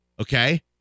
okay